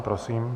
Prosím.